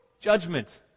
judgment